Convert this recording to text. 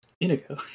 Inigo